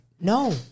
No